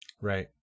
Right